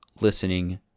listening